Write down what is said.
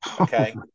okay